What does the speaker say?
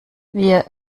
wir